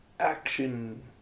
action